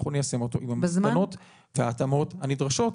אנחנו ניישם אותו עם המסקנות וההתאמות הנדרשות.